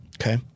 Okay